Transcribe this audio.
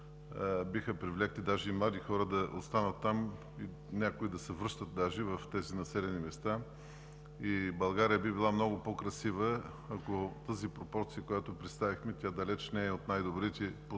биха привлекли даже и млади хора да останат там и някои даже да се връщат в тези населени места. България би била много по-красива, ако тази пропорция, която представихте, тя далеч не е от най-добрите по